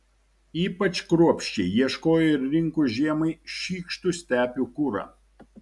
ypač kruopščiai ieškojo ir rinko žiemai šykštų stepių kurą